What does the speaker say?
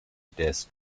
disk